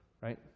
right